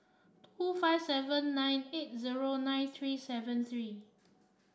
two five seven nine eight zero nine three seven three